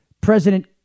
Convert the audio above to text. president